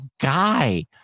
guy